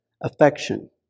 affection